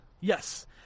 Yes